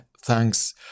thanks